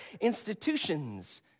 institutions